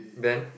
then